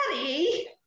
daddy